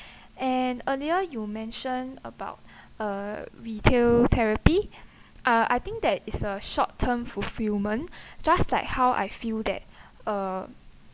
and earlier you mentioned about uh retail therapy uh I think that it's a short term fulfillment just like how I feel that uh